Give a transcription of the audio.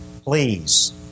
please